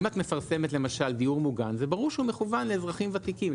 אם את מפרסמת למשל דיור מוגן זה ברור שהוא מכוון לאזרחים ותיקים,